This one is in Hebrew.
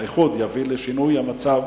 האיחוד יביא לשינוי המצב.